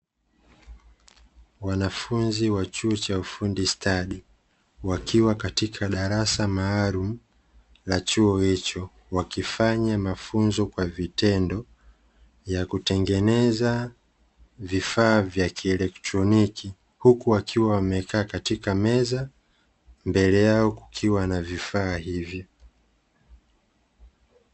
Wanafunzi wa chuo cha ufundi stadi wakiwa katika darasa maalumu la chuo hicho, wakifanya mafunzo kwa vitendo ya kutengeneza vifaa vya kieletroniki, huku wakiwa wamekaa katika meza, mbele yao kukiwa na vifaa hivyo.